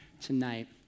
tonight